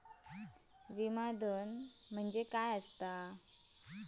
विमा धन काय असता?